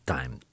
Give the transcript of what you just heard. Time